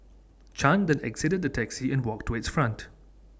chan then exited the taxi and walked to its front